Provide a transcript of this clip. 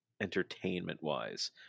entertainment-wise